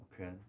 Okay